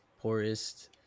poorest